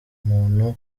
muntu